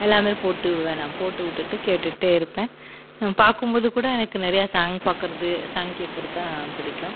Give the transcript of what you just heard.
எல்லாமே போட்டு விடுவேன் நான் போட்டு விட்டுட்டு கேட்டுகிட்டே இருப்பேன் பார்க்கும்போது கூட எனக்கு நிறையா சாங் பார்க்குறது சாங் கேட்குறதுதான் பிடிக்கும்